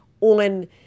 on